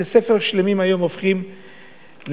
בתי-ספר שלמים היום הופכים לחרדים-לאומיים,